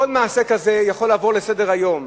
על כל מעשה כזה יכולים לעבור לסדר-היום,